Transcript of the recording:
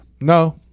No